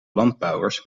landbouwers